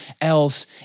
else